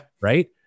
Right